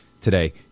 today